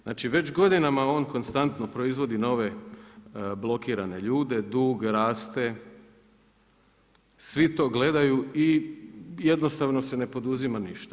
Znači već godinama on konstantno proizvodi nove blokirane ljude, dug raste, svi to gledaju i jednostavno se ne poduzima ništa.